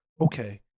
Okay